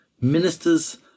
Ministers